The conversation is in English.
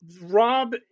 Rob